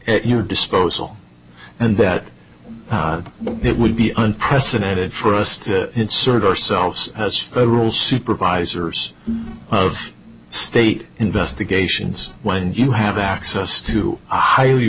at your disposal and that it would be unprecedented for us to insert ourselves as a rule supervisors of state investigations when you have access to a highly